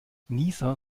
nieser